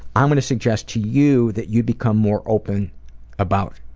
i'm going to suggest to you that you become more open about